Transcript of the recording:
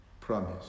promise